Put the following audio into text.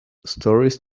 stories